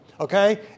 Okay